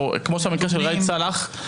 או כמו במקרה של ראאד סאלח.